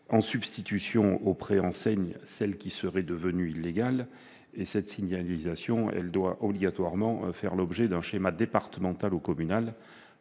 en substitution aux préenseignes devenues illégales. Cette signalisation doit obligatoirement faire l'objet d'un schéma départemental ou communal,